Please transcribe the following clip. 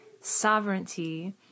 sovereignty